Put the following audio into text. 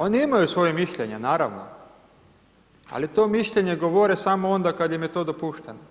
Oni imaju svoje mišljenje, naravno, ali to mišljenje govore samo onda kad im je to dopušteno,